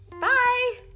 Bye